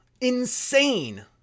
Insane